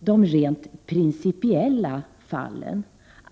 de rent principiella fallen.